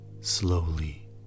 slowly